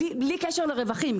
בלי קשר לרווחים,